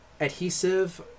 adhesive